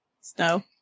snow